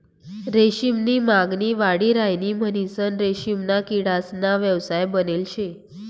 रेशीम नी मागणी वाढी राहिनी म्हणीसन रेशीमना किडासना व्यवसाय बनेल शे